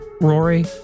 Rory